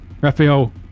Raphael